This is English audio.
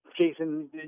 Jason